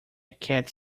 catch